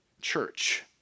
church